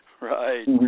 Right